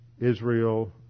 Israel